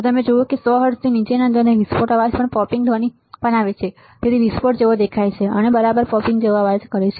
તમે જુઓ છો કે 100 હર્ટ્ઝથી નીચેના દરે વિસ્ફોટ અવાજ પોપિંગ ધ્વનિ બનાવે છે તેથી જ તે વિસ્ફોટ જેવો દેખાય છે તે બરાબર તે પોપિંગ અવાજ કરે છે